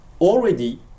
already